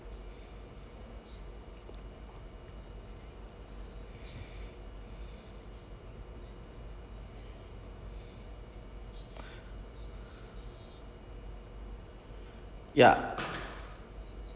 ya